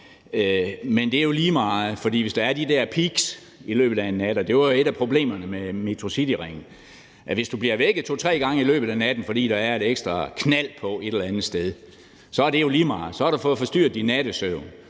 men det er jo lige meget, hvis der er de der peaks i løbet af en nat, og det var jo et af problemerne med Metrocityringen, for hvis du bliver vækket to, tre gange i løbet af natten, fordi der er et ekstra knald på et eller andet sted, er det jo lige meget, for så har du fået forstyrret din nattesøvn,